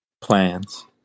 Plans